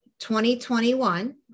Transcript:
2021